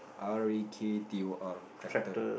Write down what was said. R A K T O R tractor